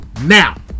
now